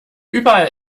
überall